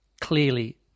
clearly